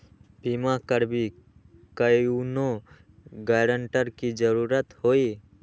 बिमा करबी कैउनो गारंटर की जरूरत होई?